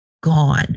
gone